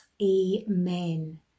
Amen